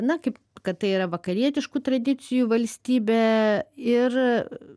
na kaip kad tai yra vakarietiškų tradicijų valstybė ir